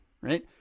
right